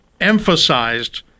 emphasized